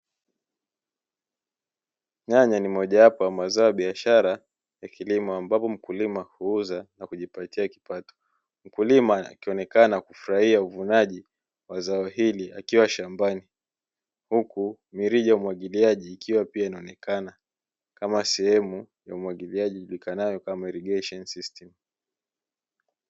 Nyanya ni moja wapo ya mazao ya biashara ya kilimo ambapo mkulima huuza na kujipatia kipato, mkulima akionekana kufurahia uvunaji wa zao hili akiwa shambani huku mirija ya umwagiliaji ikiwa pia inaonekana kama sehemu ya umwagiliaji ijulikanayo kama irigesheni sistimu.